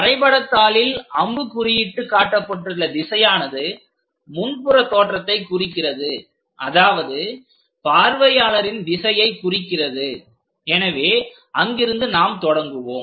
வரைபடத்தாளில் அம்புக்குறியிட்டு காட்டப்பட்டுள்ள திசையானது முன் புறத்தோற்றத்தை குறிக்கிறது அதாவது பார்வையாளரின் திசையைக் குறிக்கிறது எனவே அங்கிருந்து நாம் தொடங்குவோம்